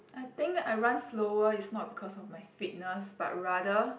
I think I run slower is not because of my fitness but rather